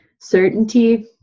certainty